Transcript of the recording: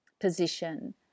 position